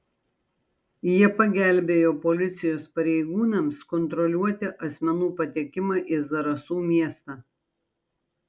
jie pagelbėjo policijos pareigūnams kontroliuoti asmenų patekimą į zarasų miestą